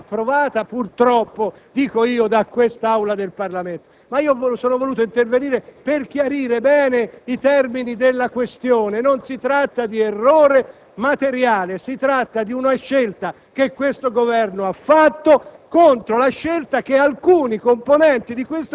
La legge finanziaria è già stata approvata - purtroppo, dico io - da quest'Aula del Parlamento. Sono voluto intervenire per chiarire bene i termini della questione. Non si tratta di un errore materiale, ma di una scelta del Governo contraria